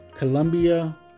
Colombia